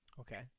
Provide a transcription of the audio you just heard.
okay